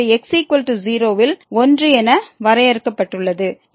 செயல்பாடு x0 ல் 1 என வரையறுக்கப்பட்டுள்ளது